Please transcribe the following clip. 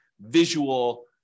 visual